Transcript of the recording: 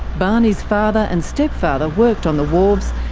barney's father and stepfather worked on the wharves,